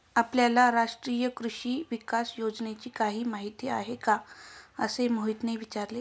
आपल्याला राष्ट्रीय कृषी विकास योजनेची काही माहिती आहे का असे मोहितने विचारले?